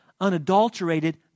unadulterated